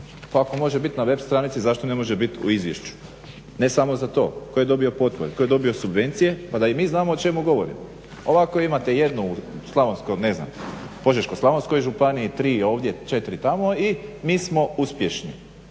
Pa ako može bit na web stranici zašto ne može bit u izvješću. Ne samo za to, tko je dobio potpore, tko je dobio subvencije pa da i mi znamo o čemu govorimo. Ovako imate 1 u Požeško-slavonskoj županiji, 3 ovdje, 4 tamo i mi smo uspješni.